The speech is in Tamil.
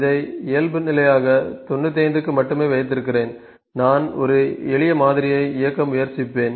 இதை இயல்புநிலையாக 95 க்கு மட்டுமே வைத்திருக்கிறேன் நான் ஒரு எளிய மாதிரியை இயக்க முயற்சிப்பேன்